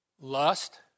lust